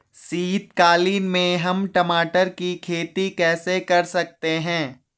शीतकालीन में हम टमाटर की खेती कैसे कर सकते हैं?